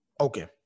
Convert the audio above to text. Okay